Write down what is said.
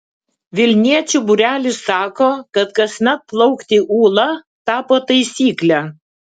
vilniečių būrelis sako kad kasmet plaukti ūla tapo taisykle